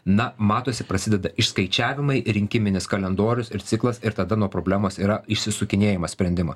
na matosi prasideda išskaičiavimai rinkiminis kalendorius ir ciklas ir tada nuo problemos yra išsisukinėjama sprendimo